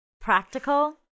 practical